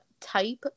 type